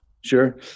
Sure